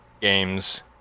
games